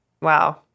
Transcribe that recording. Wow